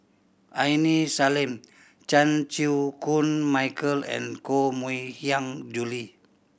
Aini Salim Chan Chew Koon Michael and Koh Mui Hiang Julie